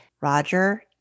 Roger